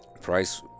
Price